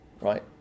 Right